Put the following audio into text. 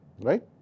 Right